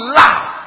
love